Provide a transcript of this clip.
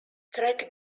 track